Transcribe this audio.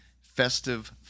festive